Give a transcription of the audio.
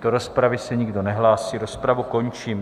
Do rozpravy se nikdo nehlásí, rozpravu končím.